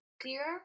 clear